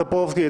טופורובסקי,